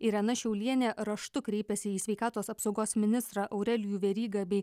irena šiaulienė raštu kreipėsi į sveikatos apsaugos ministrą aurelijų verygą bei